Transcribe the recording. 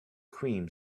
cream